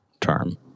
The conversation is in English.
term